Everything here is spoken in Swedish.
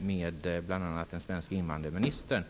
med bl.a. den svenske invandrarministern.